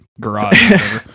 garage